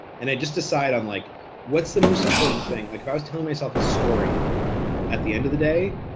and i just decide on like what's the most important thing, like if i was telling myself a story at the end of the day,